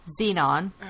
Xenon